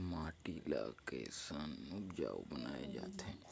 माटी ला कैसन उपजाऊ बनाय जाथे?